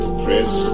press